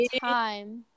time